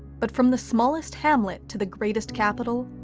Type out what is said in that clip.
but from the smallest hamlet to the greatest capital,